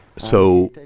so,